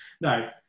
No